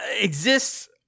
exists